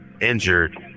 injured